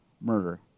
murder